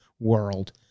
world